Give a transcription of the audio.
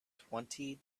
twenty